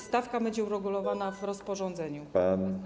Stawka będzie uregulowana w rozporządzeniu.